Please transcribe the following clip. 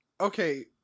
okay